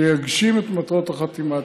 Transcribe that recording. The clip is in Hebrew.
שיגשים את מטרות החתימה.